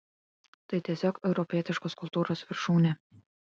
tai tiesiog europietiškos kultūros viršūnė